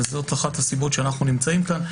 וזאת אחת הסיבות שאנחנו נמצאים כאן,